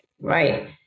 right